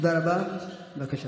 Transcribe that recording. חבר הכנסת אחמד טיבי, בבקשה,